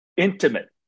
intimate